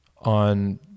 on